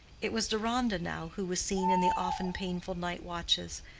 it was deronda now who was seen in the often painful night-watches,